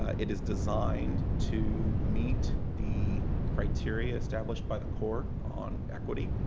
it is designed to meet the criteria established by the court on equity.